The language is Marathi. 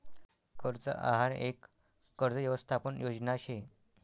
कर्ज आहार यक कर्ज यवसथापन योजना शे